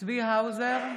צבי האוזר,